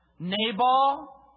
Nabal